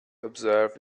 observed